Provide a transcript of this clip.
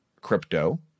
crypto